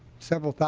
several